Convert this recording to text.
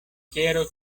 quiero